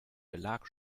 belag